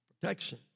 Protection